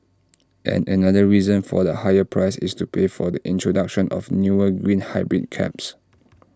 and another reason for the higher price is to pay for the introduction of newer green hybrid cabs